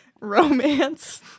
romance